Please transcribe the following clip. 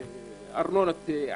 ההכנסות מארנונת עסקים.